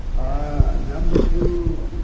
ah number two